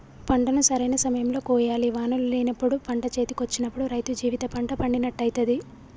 పంటను సరైన సమయం లో కోయాలి వానలు లేనప్పుడు పంట చేతికొచ్చినప్పుడు రైతు జీవిత పంట పండినట్టయితది